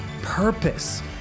purpose